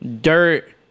dirt